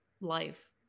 life